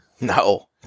No